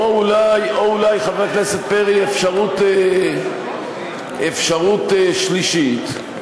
חבר הכנסת פרי, אפשרות שלישית,